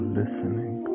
listening